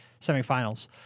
semifinals